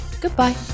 Goodbye